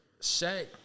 Shaq